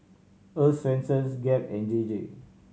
Earl's Swensens Gap and J J